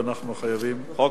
אנחנו חייבים לחתום עליו.